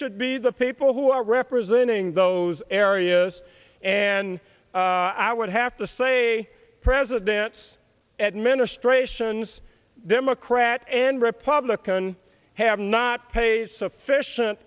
should be the people who are representing those areas and i would have to say presidents administrations democrat and republican have not pay sufficient